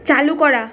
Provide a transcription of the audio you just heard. চালু করা